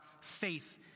faith